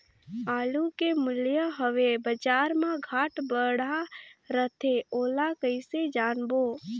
आलू के मूल्य हवे बजार मा घाट बढ़ा रथे ओला कइसे जानबो?